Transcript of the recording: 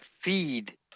feed